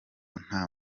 nta